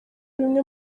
bimwe